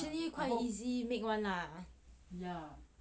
actually quite easy make one lah